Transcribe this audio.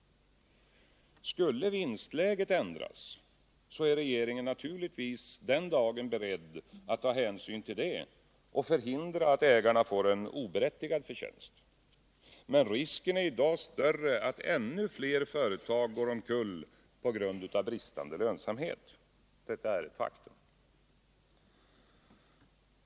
Skulle vinstläget ändras, är regeringen givetvis den dagen beredd att ta hänsyn till det och förhindra att ägarna får en oberättigad förtjänst. Men risken är i dag större att ännu fler företag går omkull på grund av bristande lönsamhet. Detta är ett faktum.